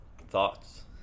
Thoughts